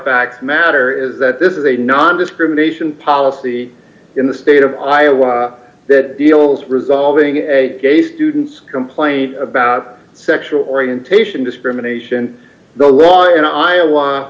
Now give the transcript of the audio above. facts matter is that this is a nondiscrimination policy in the state of iowa that deals resolving a gay students complain about sexual orientation discrimination the law in iowa